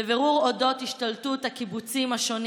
לבירור אודות השתלטות הקיבוצים השונים